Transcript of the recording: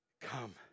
come